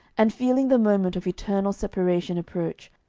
and feeling the moment of eternal separation approach,